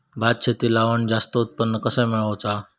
भात शेती लावण जास्त उत्पन्न कसा मेळवचा?